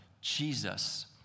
Jesus